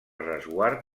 resguard